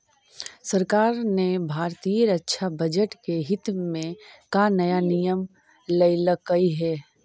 सरकार ने भारतीय रक्षा बजट के हित में का नया नियम लइलकइ हे